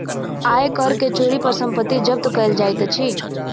आय कर के चोरी पर संपत्ति जब्त कएल जाइत अछि